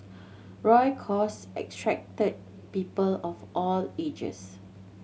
Roy cause attracted people of all ages